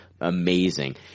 amazing